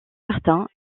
martin